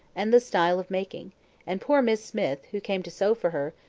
and the style of making and poor miss smith, who came to sew for her,